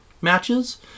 matches